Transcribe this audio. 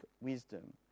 wisdom